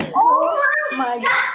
oh my